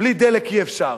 בלי דלק אי-אפשר.